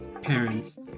parents